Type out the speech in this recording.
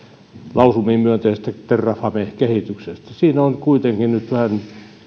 lausumiin myönteisestä terrafame kehityksestä siinä on kuitenkin nyt vähän